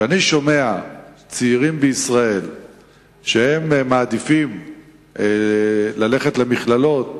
כשאני שומע שצעירים בישראל מעדיפים ללכת למכללות,